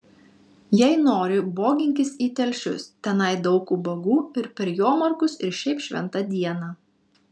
jei nori boginkis į telšius tenai daug ubagų ir per jomarkus ir šiaip šventą dieną